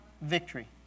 victory